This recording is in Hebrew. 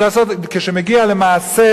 וכשהוא מגיע למעשה,